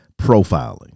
profiling